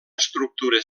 estructura